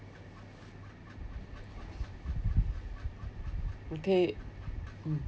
okay mm